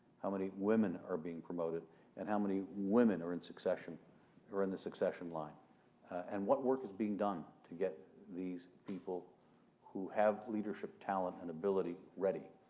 how many women are being promoted and how many women are in succession or in the succession line and what work is being done to get these people who have leadership talent and ability ready.